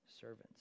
servants